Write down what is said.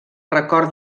record